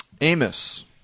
Amos